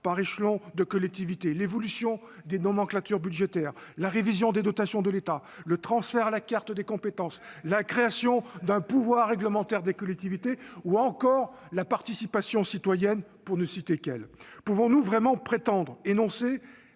par échelon de collectivité, l'évolution des nomenclatures budgétaires, la révision des dotations de l'État, le transfert à la carte des compétences, la création d'un pouvoir réglementaire des collectivités ou encore la participation citoyenne, pour ne citer que ces sujets ? Pouvons-nous vraiment prétendre énoncer